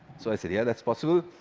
so i said, yeah, that's possible.